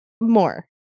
more